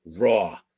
raw